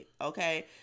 okay